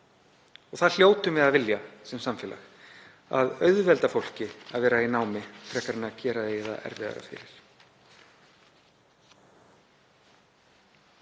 Það hljótum við að vilja sem samfélag, að auðvelda fólki að vera í námi frekar en að gera því erfiðara fyrir.